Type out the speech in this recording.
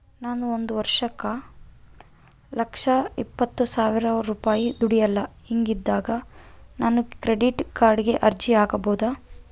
ನಾನು ವರ್ಷಕ್ಕ ಒಂದು ಲಕ್ಷ ಇಪ್ಪತ್ತು ಸಾವಿರ ರೂಪಾಯಿ ದುಡಿಯಲ್ಲ ಹಿಂಗಿದ್ದಾಗ ನಾನು ಕ್ರೆಡಿಟ್ ಕಾರ್ಡಿಗೆ ಅರ್ಜಿ ಹಾಕಬಹುದಾ?